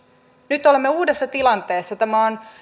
nyt olemme uudessa tilanteessa tämä on